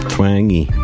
Twangy